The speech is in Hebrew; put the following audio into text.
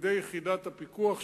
על-ידי יחידת הפיקוח שם,